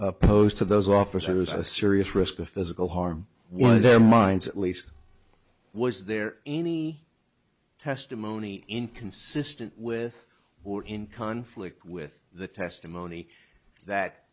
opposed to those officers a serious risk of physical harm one of their minds at least was there any testimony inconsistent with or in conflict with the testimony that